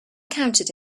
counted